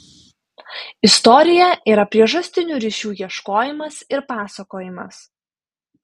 istorija yra priežastinių ryšių ieškojimas ir pasakojimas